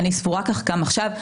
אני סבורה כך גם עכשיו.